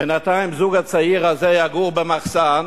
בינתיים הזוג הצעיר הזה יגור במחסן,